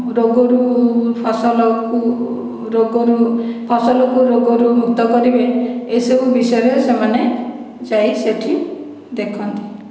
ରୋଗରୁ ଫସଲକୁ ରୋଗରୁ ଫସଲକୁ ରୋଗରୁ ମୁକ୍ତ କରିବେ ଏସବୁ ବିଷୟରେ ସେମାନେ ଯାଇ ସେଠି ଦେଖନ୍ତି